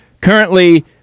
Currently